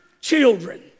children